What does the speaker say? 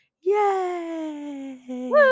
yay